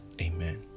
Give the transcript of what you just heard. Amen